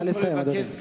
קודם כול לבקש סליחה,